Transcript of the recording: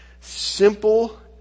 simple